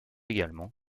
également